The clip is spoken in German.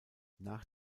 nach